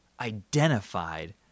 identified